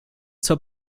zur